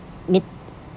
mid